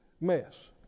mess